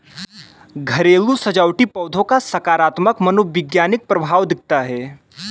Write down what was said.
घरेलू सजावटी पौधों का सकारात्मक मनोवैज्ञानिक प्रभाव दिखता है